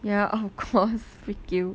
yeah of course